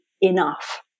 enough